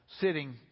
sitting